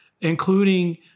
including